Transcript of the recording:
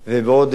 תשעה חודשים,